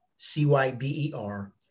c-y-b-e-r